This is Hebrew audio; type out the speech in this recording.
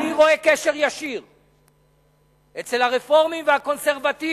אני רואה קשר ישיר בין הרפורמים והקונסרבטיבים